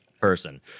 person